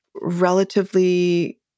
relatively